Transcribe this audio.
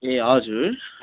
ए हजुर